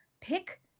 pick